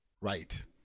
right